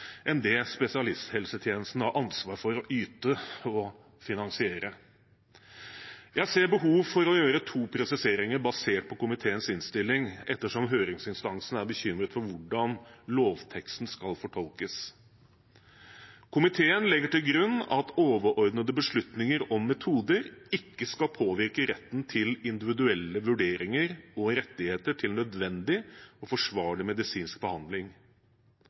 enn det spesialisthelsetjenesten har ansvar for å yte og finansiere. Jeg ser behov for å gjøre to presiseringer basert på komiteens innstilling ettersom høringsinstansene er bekymret for hvordan lovteksten skal fortolkes. Komiteen legger til grunn at overordnede beslutninger om metoder ikke skal påvirke retten til individuelle vurderinger og rettigheter til nødvendig og forsvarlig medisinsk behandling.